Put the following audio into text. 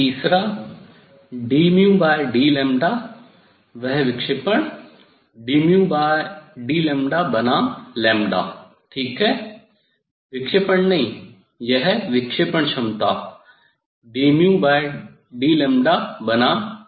तीसरा dd वह विक्षेपण dd बनाम ठीक है विक्षेपण नहीं यह विक्षेपण क्षमता dd बनाम है